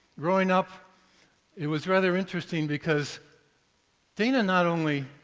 growing up it was rather interesting because dana not only